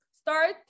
start